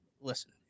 Listen